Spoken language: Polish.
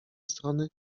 strony